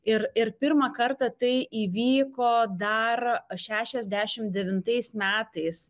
ir ir pirmą kartą tai įvyko dar šešiasdešim devintais metais